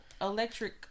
electric